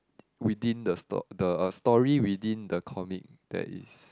within the sto~ the uh story within the comic that is